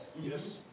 Yes